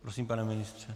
Prosím, pane ministře.